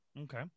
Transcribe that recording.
Okay